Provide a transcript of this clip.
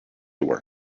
were